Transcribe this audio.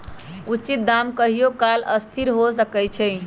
उचित दाम कहियों काल असथिर हो सकइ छै